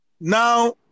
Now